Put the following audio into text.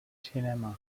cinema